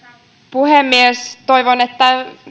puhemies toivon että